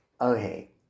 Okay